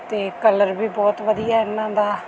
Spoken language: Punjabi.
ਅਤੇ ਕਲਰ ਵੀ ਬਹੁਤ ਵਧੀਆ ਇਹਨਾਂ ਦਾ